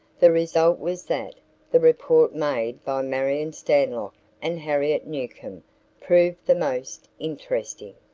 the result was that the report made by marion stanlock and harriet newcomb proved the most interesting.